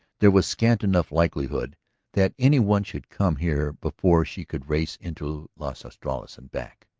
there was scant enough likelihood that any one should come here before she could race into las estrellas and back.